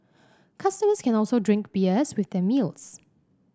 customers can also drink beers with the meals